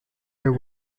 their